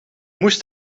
moest